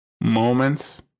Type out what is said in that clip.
moments